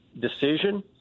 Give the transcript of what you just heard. decision